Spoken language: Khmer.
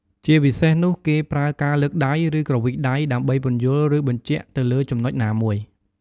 ជាពិសេសនោះ គេប្រើការលើកដៃ ឬ គ្រវីដៃ ដើម្បីពន្យល់ ឬបញ្ជាក់ទៅលើចំណុចណាមួយ។